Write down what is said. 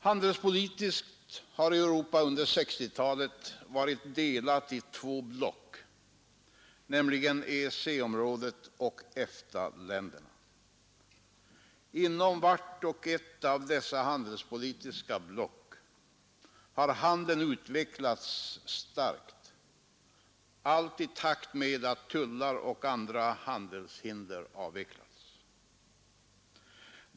Handelspolitiskt har Europa under 1960-talet varit delat i två block, nämligen EEC-området och EFTA-länderna. Inom vart och ett av dessa handelspolitiska block har handeln utvecklats starkt, allt i takt med att tullar och andra handelshinder avvecklats.